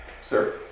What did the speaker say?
Sir